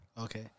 Okay